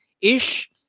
ish